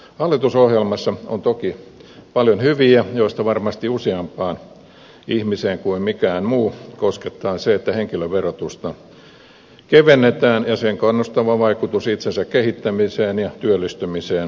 hallitusohjelmassa on toki paljon hyviä asioita joista varmasti useampaa ihmistä kuin mikään muu koskettaa se että henkilöverotusta kevennetään ja sen kannustava vaikutus itsensä kehittämiseen ja työllistymiseen on kiistaton